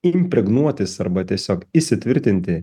impregnuotis arba tiesiog įsitvirtinti